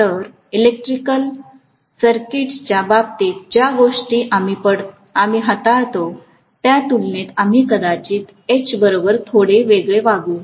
तर इलेक्ट्रिक सर्किटच्या बाबतीत ज्या गोष्टी आम्ही हाताळतो त्या तुलनेत आम्ही कदाचित H बरोबर थोडे वेगळे वागू